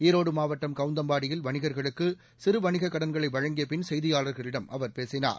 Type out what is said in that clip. ஈரோடு மாவட்டம் கவுந்தம்பாடியில் வணிகர்களுக்கு சிறு வணிகக்கடன்களை வழங்கிய பின் செய்தியாளர்களிடம் அவர் பேசினார்